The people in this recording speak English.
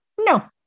No